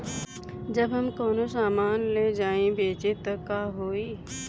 जब हम कौनो सामान ले जाई बेचे त का होही?